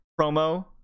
promo